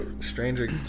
stranger